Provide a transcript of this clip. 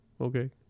okay